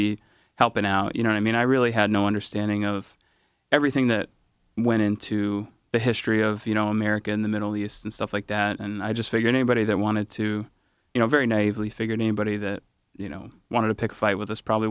be helping out you know i mean i really had no understanding of everything that went into the history of you know american the middle east and stuff like that and i just figured anybody that wanted to you know very nasally figured anybody that you know wanted to pick a fight with us probably